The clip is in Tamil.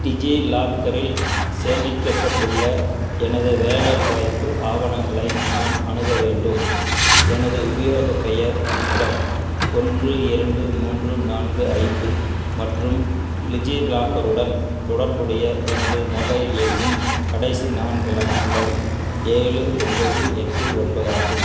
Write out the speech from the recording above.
டிஜிலாக்கரில் சேமிக்கப்பட்டுள்ள எனது வேலைவாய்ப்பு ஆவணங்களை நான் அணுக வேண்டும் எனது உபயோகப் பெயர் விக்ரம் ஒன்று இரண்டு மூன்று நான்கு ஐந்து மற்றும் லிஜிலாக்கருடன் தொடர்புடைய எனது மொபைல் எண்ணின் கடைசி நான்கு இலக்கங்கள் ஏழு ஒன்போது எட்டு ஒன்பதாகும்